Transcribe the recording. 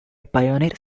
pioneer